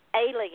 alien